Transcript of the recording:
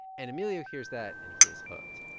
and emilio hears that, and he is hooked.